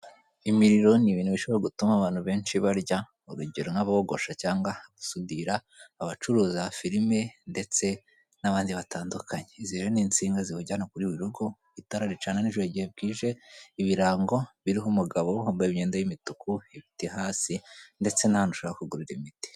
Imiriro ni ibintu bishobora gutuma abantu benshi barya urugero nka bogosha cyangwa basudira ,abacuruza filime ndetse n'abandi batandukanye .Izi n'insinga ziwujyana kuri buri rugo, itara ricana n'ijoro igihe bwije ,ibirango biriho umugabo wambaye imyenda y'imituku ibiti hasi ndetse n'ahandi ushaka kugurira imiti.